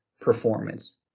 performance